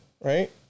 right